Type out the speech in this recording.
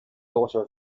daughter